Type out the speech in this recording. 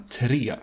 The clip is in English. tre